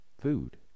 food